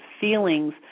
Feelings